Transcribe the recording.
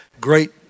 great